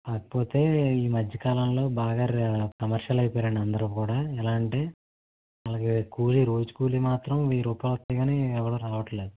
కాకపోతే ఈ మధ్యకాలంలో బాగా రె కమర్షియల్ అయిపోయారండి అందరూ కూడా ఎలా అంటే వాళ్ళకి కూలి రోజు కూలి మాత్రం వెయ్యి రూపాయలు ఇస్తే గానీ ఎవరూ రావట్లేదు